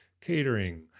catering